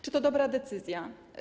Czy to dobra decyzja?